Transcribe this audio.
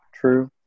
True